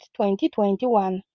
2021